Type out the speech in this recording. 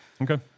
Okay